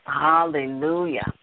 Hallelujah